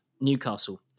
Newcastle